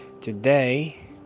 Today